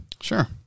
Sure